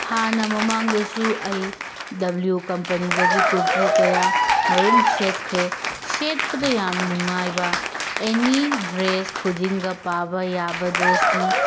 ꯍꯥꯟꯅ ꯃꯃꯥꯡꯗꯁꯨ ꯑꯩ ꯗꯕ꯭ꯂꯌꯨ ꯀꯝꯄꯅꯤꯗꯒꯤ ꯀꯨꯔꯇꯤ ꯀꯌꯥ ꯑꯃꯔꯣꯝ ꯁꯦꯠꯈ꯭ꯔꯦ ꯁꯦꯠꯄꯗ ꯌꯥꯝ ꯅꯨꯡꯉꯥꯏꯕ ꯑꯦꯅꯤ ꯗ꯭ꯔꯦꯁ ꯈꯨꯗꯤꯡꯒ ꯄꯥꯕ ꯌꯥꯕ ꯗ꯭ꯔꯦꯁꯅꯤ